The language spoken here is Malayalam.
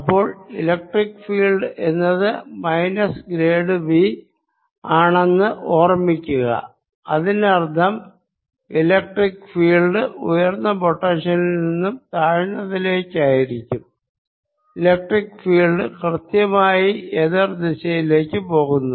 ഇപ്പോൾ ഇലക്ട്രിക്ക് ഫീൽഡ് എന്നത് മൈനസ് ഗ്രേഡ് V ആണെന്ന് ഓർമ്മിക്കുക അതിനർത്ഥം ഇലക്ട്രിക്ക് ഫീൽഡ് ഉയർന്ന പൊട്ടൻഷ്യലിൽ നിന്ന് താഴ്ന്നതിലേക്കായിരിക്കും ഇലക്ട്രിക് ഫീൽഡ് കൃത്യമായി എതിർ ദിശയിലേക്ക് പോകുന്നു